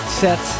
set